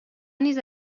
نیز